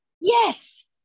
Yes